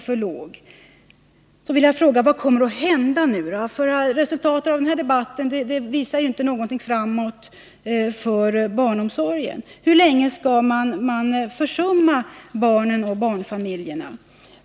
Resultatet av denna debatt kan ju inte bli någonting som visar framåt, någon förbättring i fråga om barnomsorgen. Hur länge skall man försumma barnen och barnfamiljerna?